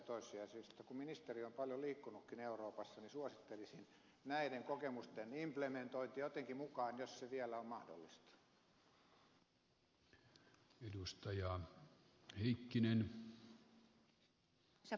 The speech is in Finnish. kun ministeri on paljon liikkunutkin euroopassa niin suosittelisin näiden kokemusten implementointia jotenkin mukaan jos se vielä on mahdollista